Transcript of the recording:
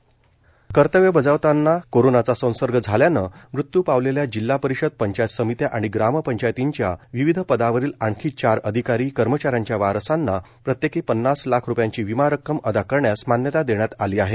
विमा रक्कम कर्तव्य बजावताना कोरोनाचा संसर्ग झाल्यानं मृत्यू पावलेल्या जिल्हा परिषद पंचायत समित्या आणि ग्रामपंचायतीच्या विविध पदावरील आणखी पचार अधिकारी कर्मचाऱ्यांच्या वारसांना प्रत्येकी पन्नास लाख रुपयांची विमा रक्कम अदा करण्यास मान्यता देण्यात आली आहे